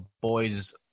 boys